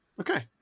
Okay